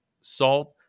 salt